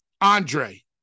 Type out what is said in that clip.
Andre